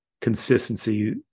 consistency